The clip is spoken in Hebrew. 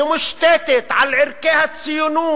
שמושתתת על ערכי הציונות,